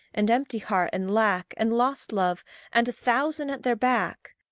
and empty-heart, and lack, and lost-love, and a thousand at their back!